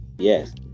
Yes